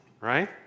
right